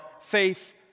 faith